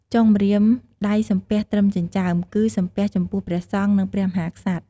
ចុងម្រាមដៃសំពះត្រឹមចិញ្ចើម គឺសំពះចំពោះព្រះសង្ឃ និងព្រះមហាក្សត្រ។